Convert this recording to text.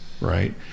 right